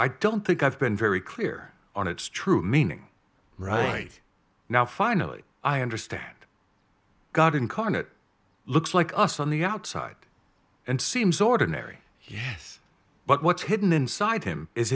i don't think i've been very clear on its true meaning right now finally i understand god incarnate looks like us on the outside and seems ordinary here but what's hidden inside him is